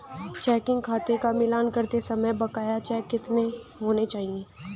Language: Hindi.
चेकिंग खाते का मिलान करते समय बकाया चेक कितने होने चाहिए?